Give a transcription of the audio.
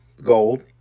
gold